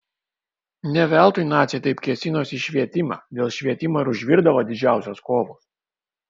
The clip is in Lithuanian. ne veltui naciai taip kėsinosi į švietimą dėl švietimo ir užvirdavo didžiausios kovos